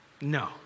no